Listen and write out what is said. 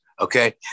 okay